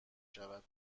شود